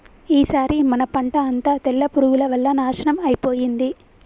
ఈసారి మన పంట అంతా తెల్ల పురుగుల వల్ల నాశనం అయిపోయింది